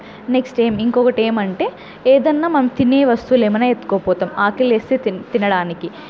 next ఏం ఇంకొకటి ఏమంటే ఏదన్న మనం తినే వస్తువులు ఏవైనా ఎత్తుకుపోతాం ఆకలి వేస్తే తిన్ తినడానికి